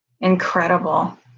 Incredible